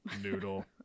noodle